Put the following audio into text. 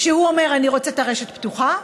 שהוא אומר: אני רוצה את הרשת פתוחה,